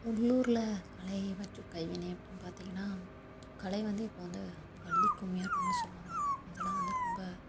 உள்ளூரில் கலை மற்றும் கைவினை அப்படின்னு பார்த்திங்கன்னா கலை வந்து இப்போ வந்து வள்ளி கும்மியாட்டம்னு சொல்லுவாங்க அதெல்லாம் வந்து ரொம்ப